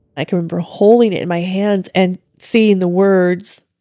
i can remember holding it in my hands, and seeing the words